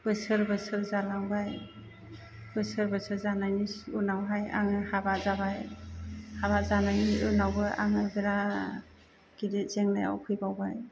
बोसोर बोसोर जालांबाय बोसोर बोसोर जानायनि उनावहाय आङो हाबा जाबाय हाबा जानायनि उनावबो आङो बिराद गिदिर जेंनायाव फैबावबाय